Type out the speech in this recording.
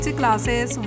classes